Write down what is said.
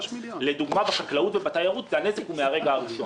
לדוגמה, בחקלאות ובתיירות הנזק הוא מהרגע הראשון.